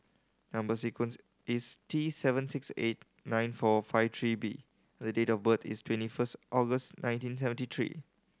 number sequence is T seven six eight nine four five three B the date of birth is twenty first August nineteen seventy three